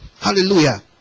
Hallelujah